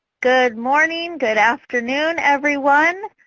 good morning. good afternoon everyone.